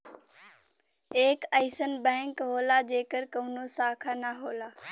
एक अइसन बैंक होला जेकर कउनो शाखा ना होला